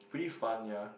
pretty fun yeah